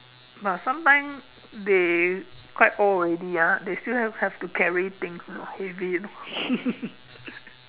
but sometimes they quite old already ah they still have to carry things you know heavy you know